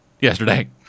yesterday